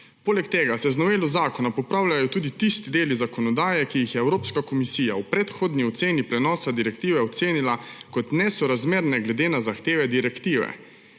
Poleg tega se z novelo zakona popravljajo tudi tisti deli zakonodaje, ki jih je Evropska komisija v predhodni oceni prenosa direktive ocenila kot nesorazmerne glede na zahteve direktive.